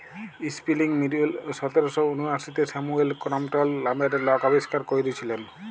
spinning mule সতের শ উনআশিতে স্যামুয়েল ক্রম্পটল লামের লক আবিষ্কার ক্যইরেছিলেল